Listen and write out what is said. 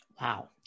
Wow